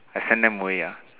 I send them away ah